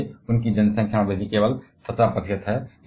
वैसे उनकी जनसंख्या वृद्धि केवल 17 प्रतिशत है